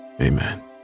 Amen